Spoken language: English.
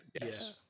Yes